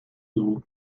dugu